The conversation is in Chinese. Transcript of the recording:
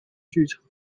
剧场